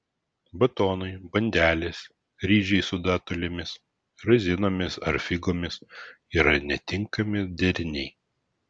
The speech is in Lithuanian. batonai bandelės ryžiai su datulėmis razinomis ar figomis yra netinkami deriniai